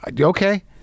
Okay